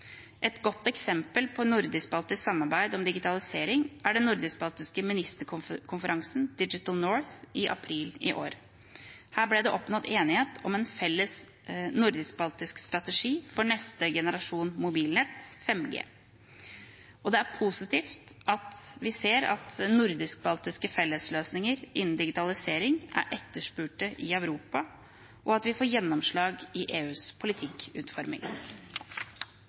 Et godt eksempel på nordisk-baltisk samarbeid om digitalisering er den nordisk-baltiske ministerkonferansen Digital North i april i år. Her ble det oppnådd enighet om en felles nordisk-baltisk strategi for neste generasjon mobilnett, 5G. Det er positivt at vi ser at nordisk-baltiske fellesløsninger innen digitalisering er etterspurte i Europa og får gjennomslag i EUs politikkutforming.